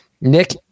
Nick